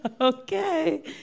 Okay